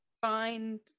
find